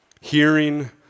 Hearing